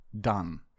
Done